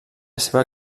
seva